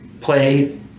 play